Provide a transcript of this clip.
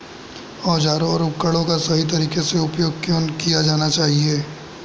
औजारों और उपकरणों का सही तरीके से उपयोग क्यों किया जाना चाहिए?